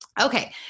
Okay